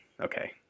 okay